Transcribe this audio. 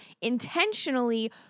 intentionally